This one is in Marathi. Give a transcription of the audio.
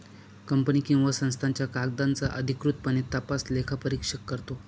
कंपनी किंवा संस्थांच्या कागदांचा अधिकृतपणे तपास लेखापरीक्षक करतो